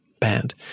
band